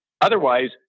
Otherwise